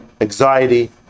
anxiety